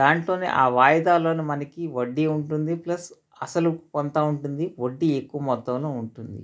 దాంట్లోనే ఆ వాయిదాల్లోనే మనకి వడ్డీ ఉంటుంది ప్లస్ అసలు కొంత ఉంటుంది వడ్డీ ఎక్కువ మొత్తంలో ఉంటుంది